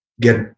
get